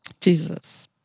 Jesus